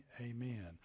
amen